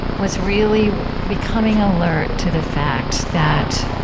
was really becoming alert to the fact that